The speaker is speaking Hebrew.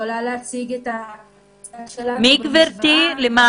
יכולה להציג את הצד שלנו במשוואה.